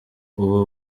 ubu